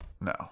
No